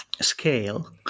scale